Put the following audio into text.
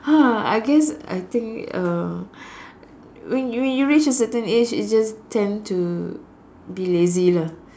!ha! I guess I think uh when you when you reach a certain age you just tend to be lazy lah